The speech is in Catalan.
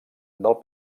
del